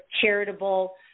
charitable